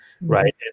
Right